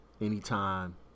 anytime